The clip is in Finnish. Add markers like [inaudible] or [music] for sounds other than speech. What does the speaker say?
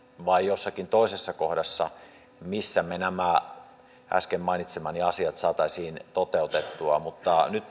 vai jossakin toisessa kohdassa että me nämä äsken mainitsemani asiat saisimme toteutettua mutta nyt [unintelligible]